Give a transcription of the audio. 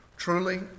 Truly